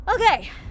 Okay